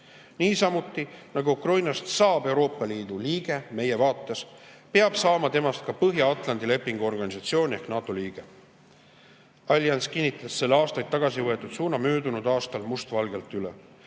saab. Niisamuti nagu Ukrainast saab Euroopa Liidu liige, peab saama temast ka Põhja-Atlandi Lepingu Organisatsiooni ehk NATO liige. Allianss kinnitas selle aastaid tagasi võetud suuna möödunud aastal mustvalgelt üle.